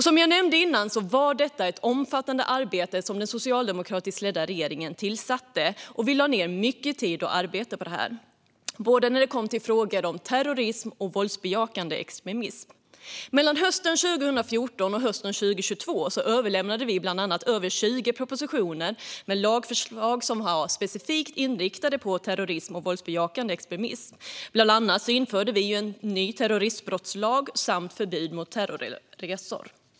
Som jag nämnde innan var det ett omfattande arbete som den socialdemokratiskt ledda regeringen startade, och vi lade ned mycket tid och arbete på det när det kom till frågor om både terrorism och våldsbejakande extremism. Mellan hösten 2014 och hösten 2022 överlämnande regeringen bland annat över 20 propositioner med lagförslag som var specifikt inriktade på terrorism och våldsbejakande extremism. Bland annat infördes en ny terroristbrottslag samt förbud mot terrorresor.